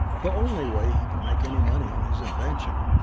the only way he could make any money on his invention.